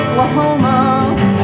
Oklahoma